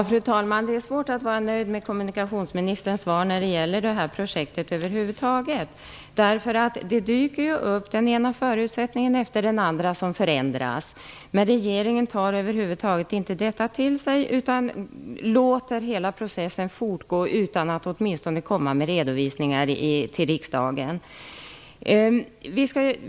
Fru talman! Det är svårt att vara nöjd med kommunikationsministerns svar när det gäller detta projekt över huvud taget. Den ena förutsättningen efter den andra dyker ju upp, som sedan förändras. Men regeringen tar över huvud taget inte detta till sig utan låter hela processen fortgå utan att åtminstone komma med redovisningar till riksdagen.